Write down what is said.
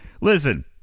Listen